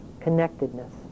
connectedness